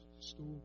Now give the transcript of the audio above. school